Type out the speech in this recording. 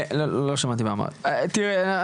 תראה,